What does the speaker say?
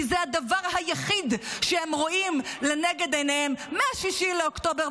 כי זה הדבר היחיד שהם רואים לנגד עיניהם מ-6 באוקטובר,